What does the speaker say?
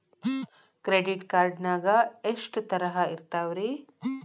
Credit card ನಾಗ ಎಷ್ಟು ತರಹ ಇರ್ತಾವ್ರಿ?